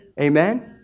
amen